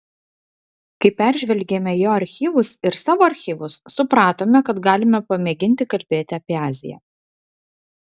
kai peržvelgėme jo archyvus ir savo archyvus supratome kad galime pamėginti kalbėti apie aziją